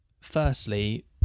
firstly